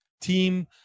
team